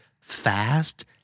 fast